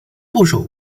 部首